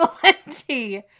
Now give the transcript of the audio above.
valenti